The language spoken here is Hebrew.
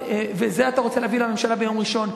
ואת זה אתה רוצה להביא לממשלה ביום ראשון,